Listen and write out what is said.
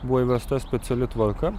buvo įvesta speciali tvarka